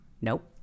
Nope